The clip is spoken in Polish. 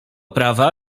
prawa